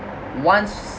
once